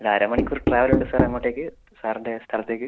ഒര് അര മണിക്കൂർ ട്രാവൽ ഉണ്ട് സാർ അങ്ങോട്ടേക്ക് സാറിൻ്റെ സ്ഥലത്തേക്ക്